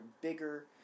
bigger